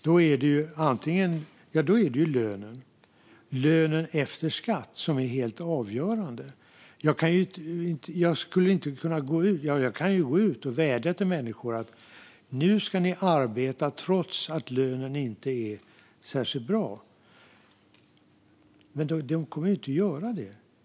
Då är det lönen efter skatt som är helt avgörande. Jag kan gå ut och vädja till människor: Nu ska ni arbeta trots att lönen inte är särskilt bra. Men de kommer inte att göra det.